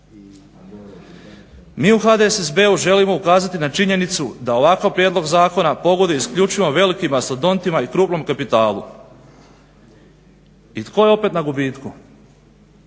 Mi u HDSSB-u želimo ukazati na činjenicu da ovakav prijedlog zakona pogoduje isključivo velikim mastodontima i krupnom kapitalu. I tko je opet na gubitku?